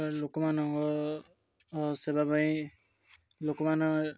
ଲୋକମାନଙ୍କ ସେବା ପାଇଁ ଲୋକମାନ